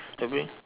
every